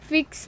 Fix